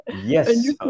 yes